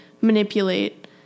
manipulate